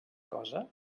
cosa